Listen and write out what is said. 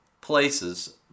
Places